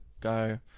go